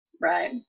Right